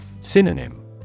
Synonym